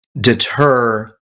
deter